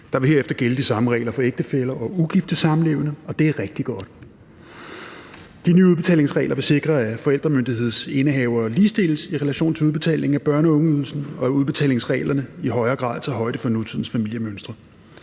Der vil herefter gælde de samme regler for ægtefæller og ugifte samlevende, og det er rigtig godt. De nye udbetalingsregler vil sikre, at forældremyndighedsindehavere ligestilles i relation til udbetalingen af børne- og ungeydelsen, og at udbetalingsreglerne i højere grad tager højde for nutidens familiemønstre.